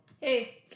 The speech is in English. Hey